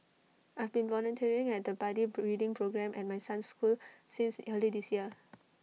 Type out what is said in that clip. I've been volunteering at the buddy reading programme at my son's school since early this year